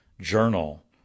Journal